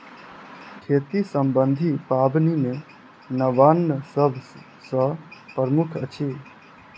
खेती सम्बन्धी पाबनि मे नवान्न सभ सॅ प्रमुख अछि